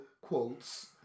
quotes